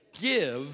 give